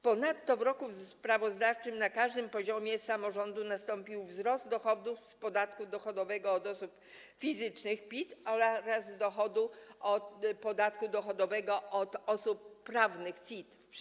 Ponadto w roku sprawozdawczym na każdym poziomie samorządu nastąpił wzrost dochodów z podatku dochodowego od osób fizycznych PIT oraz dochodów z podatku dochodowego od osób prawnych CIT.